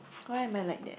why am I like that